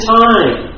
time